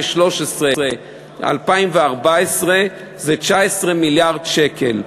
2013 ו-2014 זה 19 מיליארד שקל.